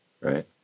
right